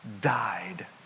died